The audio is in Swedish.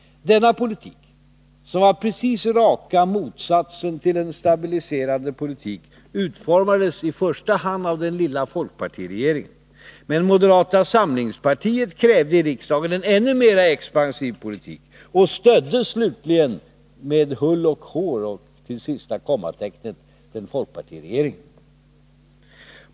Denna politik, som var precis raka motsatsen till en stabiliserande politik, . utformades i första hand av den lilla folkpartiregeringen. Men moderata samlingspartiet krävde i riksdagen en ännu mer expansiv politik och stödde slutligen med hull och hår och till sista kommatecknet folkpartiregeringen.